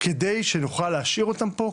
וזה כדי שאנחנו נוכל להשאיר אותם פה,